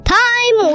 time